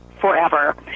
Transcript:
forever